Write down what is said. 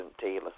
Taylor